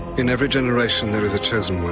in every generation there is a chosen one.